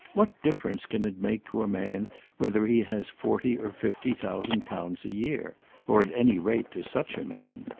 what difference can it make to a man whether he has forty or fifty thousand pounds a year or at any rate to such a man?